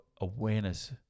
awareness